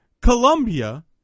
Colombia